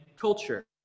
culture